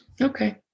Okay